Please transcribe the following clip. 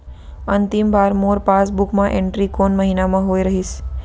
अंतिम बार मोर पासबुक मा एंट्री कोन महीना म होय रहिस?